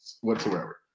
whatsoever